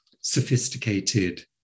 sophisticated